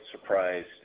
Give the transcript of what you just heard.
surprised